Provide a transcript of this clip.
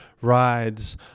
rides